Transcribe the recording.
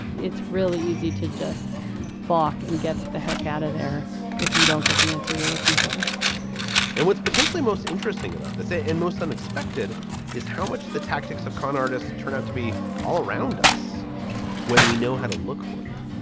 it's really easy to just balk and get the heck out of there if you don't get the answer you're looking for then what's potentially most interesting about this ah in most unexpected is how much the tactics of con artists turn out to be all around us when we know how to look for them